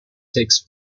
takes